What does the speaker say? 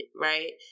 right